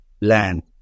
land